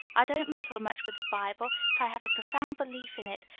i don't meddle much with the bible, but i have a profound belief in it,